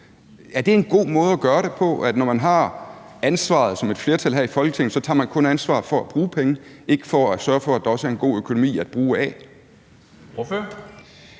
Er det en god måde at gøre det på, altså at man, når man har ansvaret som et flertal her i Folketinget, kun tager ansvar for at bruge penge, ikke for at sørge for, at der også er en god økonomi at bruge af? Kl.